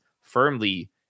firmly